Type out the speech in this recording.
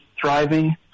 thriving